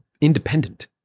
independent